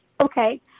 Okay